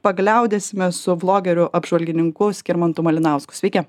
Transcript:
pagliaudėsime su vlogeriu apžvalgininku skirmantu malinausku sveiki